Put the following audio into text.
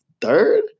third